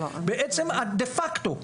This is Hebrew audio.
בעצם דה-פקטו,